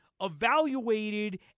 evaluated